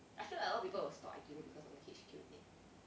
I feel like a lot of people will stop aikido because of the H_Q date